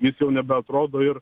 jis jau nebeatrodo ir